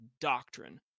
doctrine